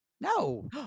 No